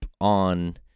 on